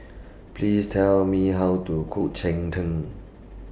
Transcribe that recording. Please Tell Me How to Cook Cheng Tng